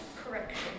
Correction